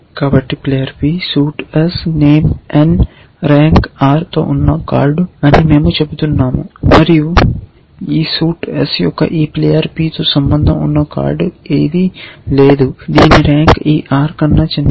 కాబట్టి player p suit s name n rank r తో ఉన్న కార్డు అని మేము చెబుతున్నాము మరియు ఈ సూట్ s యొక్క ఈ ప్లేయర్ p తో సంబంధం ఉన్న కార్డ్ ఏదీ లేదు దీని ర్యాంక్ ఈ r కన్నా చిన్నది